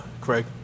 Craig